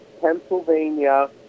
Pennsylvania